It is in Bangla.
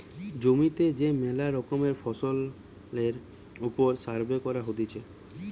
জমিতে যে মেলা রকমের ফসলের ওপর সার্ভে করা হতিছে